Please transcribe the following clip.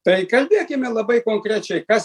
tai kalbėkime labai konkrečiai kas